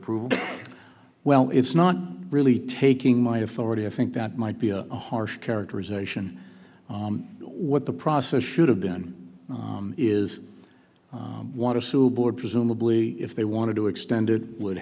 approval well it's not really taking my authority i think that might be a harsh characterization what the process should have been is i want to sue board presumably if they wanted to extend it would